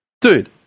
Dude